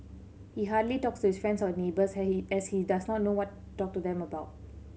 he hardly talks his friends or neighbours has he as he does not know what talk to them about